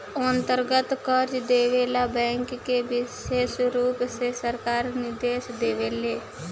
व्यक्तिगत कर्जा देवे ला बैंक के विशेष रुप से सरकार निर्देश देवे ले